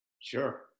sure